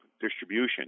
distribution